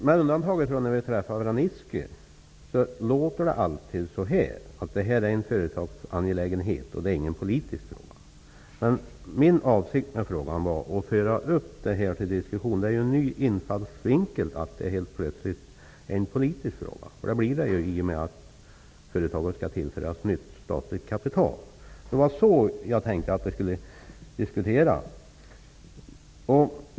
Med undantag för vad Vranitzky sade då vi träffade honom, sägs det alltid att detta är en företagsangelägenhet och ingen politisk fråga. Min avsikt med den här frågan var att föra upp ärendet till diskussion. Det är ju en ny infallsvinkel att det helt plötsligt är en politisk fråga -- frågan blir ju politisk i och med att företaget skall tillföras nytt statligt kapital. Det var så jag tänkte att vi skulle diskutera.